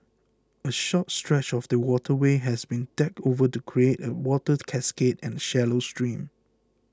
a short stretch of the waterway has been decked over to create a water cascade and a shallow stream